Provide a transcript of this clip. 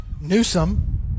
Newsom